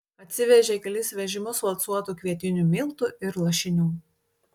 atsivežė kelis vežimus valcuotų kvietinių miltų ir lašinių